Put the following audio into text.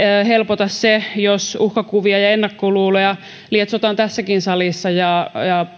helpota se jos uhkakuvia ja ennakkoluuloja lietsotaan tässäkin salissa ja